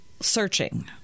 searching